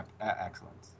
Excellent